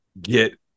get